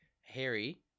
Harry